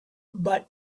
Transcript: but